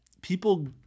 people